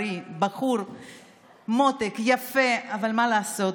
בריא, בחור מותק, יפה, אבל מה לעשות,